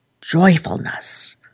joyfulness